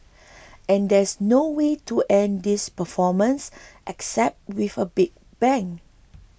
and there's no way to end this performance except with a big bang